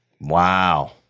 Wow